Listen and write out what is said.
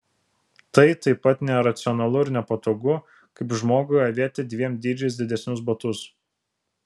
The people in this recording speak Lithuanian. tai taip pat neracionalu ir nepatogu kaip žmogui avėti dviem dydžiais didesnius batus